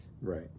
right